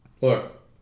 Look